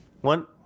one